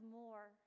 more